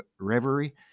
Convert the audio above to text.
Reverie